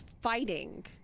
fighting